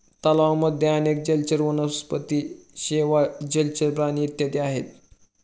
तलावांमध्ये अनेक जलचर वनस्पती, शेवाळ, जलचर प्राणी इत्यादी आहेत